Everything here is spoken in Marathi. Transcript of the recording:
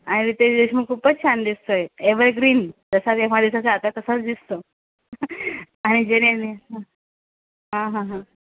आणि रितेश देशमुख खूपच छान दिसतोय एव्हरग्रीन तसा तेव्हा दिसायचा आता तसाच दिसतो आणि जेनेलिया हा हा हा हा